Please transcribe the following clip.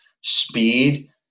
speed